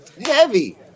Heavy